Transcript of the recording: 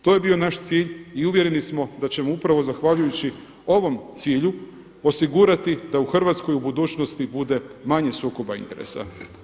To je bio naš cilj i uvjereni smo da ćemo upravo zahvaljujući ovom cilju osigurati da u Hrvatskoj u budućnosti bude manje sukoba interesa.